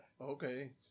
Okay